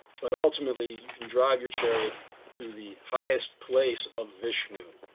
but ultimately, you can drive your chariot to the highest place of vishnu.